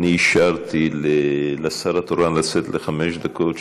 אני אישרתי לשר התורן לצאת לחמש דקות,